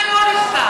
זה לא נפתר.